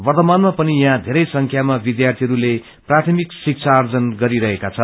वर्तमानमा पनि यहाँ वेरै संख्यामा विद्यार्यीहरूले प्रायमिक शिक्षा आर्जन गरी रहेका छन्